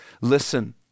Listen